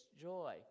joy